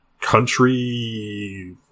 country